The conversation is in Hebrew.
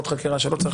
או לא צריך,